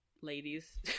ladies